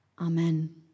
Amen